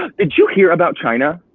ah did you hear about china?